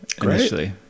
initially